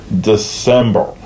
December